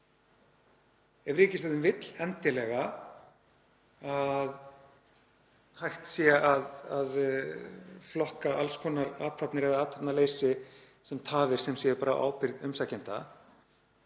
Ef ríkisstjórnin vill endilega að hægt sé að flokka alls konar athafnir eða athafnaleysi sem tafir sem séu bara á ábyrgð umsækjenda,